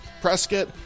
Prescott